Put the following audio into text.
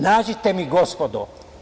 Nađite mi, gospodo.